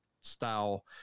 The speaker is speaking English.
style